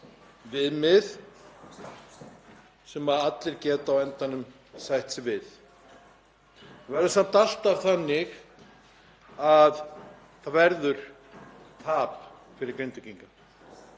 viðmið sem allir geta á endanum sætt sig við. Það verður samt alltaf þannig að það verður tap fyrir Grindvíkinga.